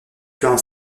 furent